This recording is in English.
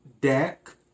Deck